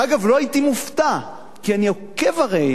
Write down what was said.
אגב, לא הייתי מופתע, כי אני עוקב הרי